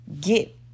get